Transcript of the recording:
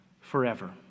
forever